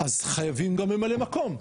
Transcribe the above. אז חייבים גם ממלא מקום,